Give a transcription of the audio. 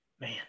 Man